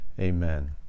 Amen